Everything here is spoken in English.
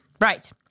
right